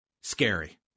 scary